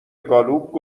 گالوپ